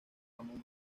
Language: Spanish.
ramón